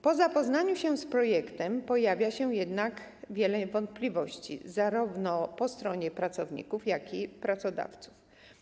Po zapoznaniu się z projektem pojawia się jednak wiele wątpliwości zarówno po stronie pracowników, jak i pracodawców.